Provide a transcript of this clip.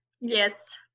Yes